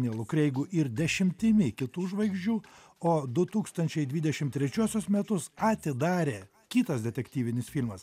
nilu kreigu ir dešimtimi kitų žvaigždžių o du tūkstančiai dvidešim trečiuosius metus atidarė kitas detektyvinis filmas